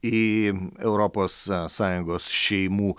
į europos s sąjungos šeimų